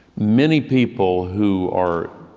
many people who are